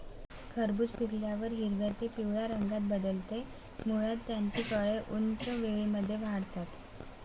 खरबूज पिकल्यावर हिरव्या ते पिवळ्या रंगात बदलते, मुळात त्याची फळे उंच वेलींमध्ये वाढतात